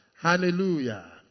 Hallelujah